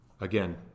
again